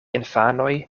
infanoj